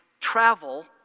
travel